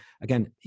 again